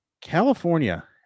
California